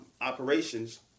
operations